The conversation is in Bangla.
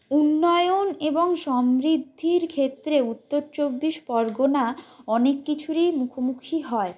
উন্নয়ন এবং সমৃদ্ধির ক্ষেত্রে উত্তর চব্বিশ পরগনা অনেক কিছুরই মুখোমুখি হয়